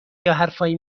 یاحرفایی